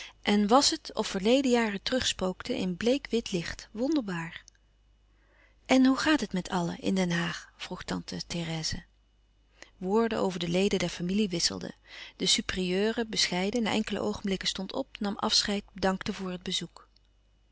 en was het of verleden jaren terug spookten in bleek wit licht wonderbaar en hoe gaat het met allen in den haag vroeg tante therèse woorden over de leden der familie wisselden de supérieure bescheiden na enkele oogenblikken stond op nam afscheid bedankte voor het bezoek